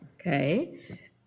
okay